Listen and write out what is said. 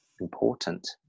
important